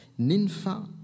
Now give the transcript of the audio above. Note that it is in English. Ninfa